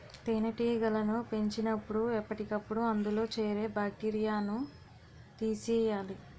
తేనెటీగలను పెంచినపుడు ఎప్పటికప్పుడు అందులో చేరే బాక్టీరియాను తీసియ్యాలి